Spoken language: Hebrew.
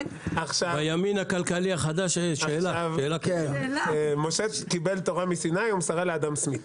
בימין הכלכלי החדש --- 'משה קיבל תורה מסיני ומסרה לאדם סמית'.